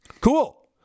Cool